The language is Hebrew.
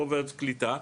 לא בעיות קליטה,